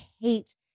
hate